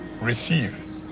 receive